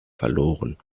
verloren